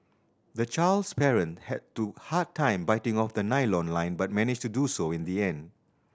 the child's parent had do hard time biting off the nylon line but managed to do so in the end